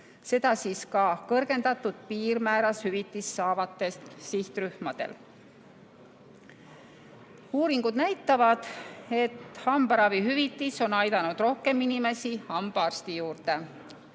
seda siis ka kõrgendatud piirmääras hüvitist saavatel sihtrühmadel. Uuringud näitavad, et hambaravihüvitis on aidanud rohkem inimesi hambaarsti juurde.